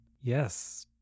yes